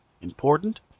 important